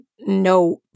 no